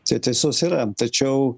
čia tiesos yra tačiau